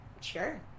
sure